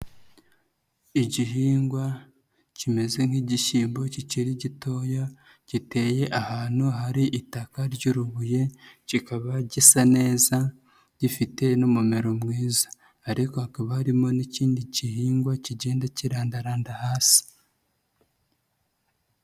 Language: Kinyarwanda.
Igihingwa kimeze nk'igishyimbo kikiri gitoya giteye ahantu, hari itaka ry'urubuye kikaba gisa neza gifite n'umumaro mwiza ariko hakaba harimo n'ikindi gihingwa kigenda kirandaranda hasi.